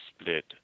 split